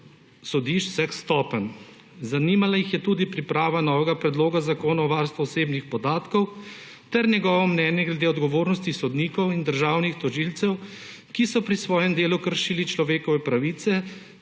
sodišč vseh stopenj. Zanimala jih je tudi priprava novega predloga zakona o varstvu osebnih podatkov ter njegovo mnenje glede odgovornosti sodnikov in državnih tožilcev, ki so pri svojem delu kršili človekove pravice